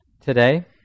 today